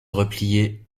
replier